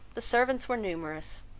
the servants were numerous,